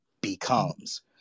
becomes